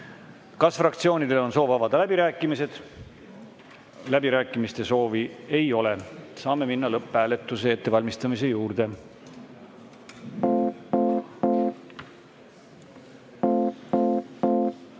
Kas fraktsioonidel on soov avada läbirääkimised? Läbirääkimiste soovi ei ole. Saame minna lõpphääletuse ettevalmistamise